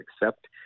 accept